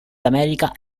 america